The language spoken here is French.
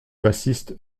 bassiste